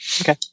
Okay